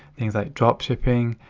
things like dropshipping,